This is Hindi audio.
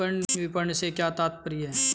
विपणन से क्या तात्पर्य है?